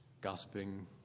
gossiping